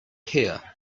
here